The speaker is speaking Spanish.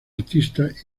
artista